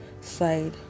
side